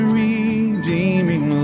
redeeming